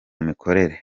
mikorere